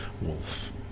wolf